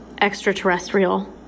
extraterrestrial